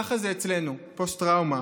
ככה זה אצלנו, פוסט-טראומה,